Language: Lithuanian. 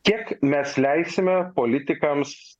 kiek mes leisime politikams